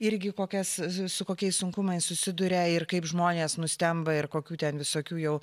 irgi kokias su kokiais sunkumais susiduria ir kaip žmonės nustemba ir kokių ten visokių jau